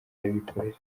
y’abikorera